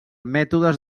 mètodes